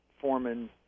foreman